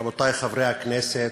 רבותי חברי הכנסת,